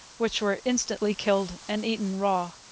which were instantly killed and eaten raw.